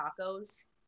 tacos